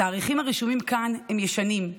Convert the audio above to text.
התאריכים הרשומים כאן הם ישנים,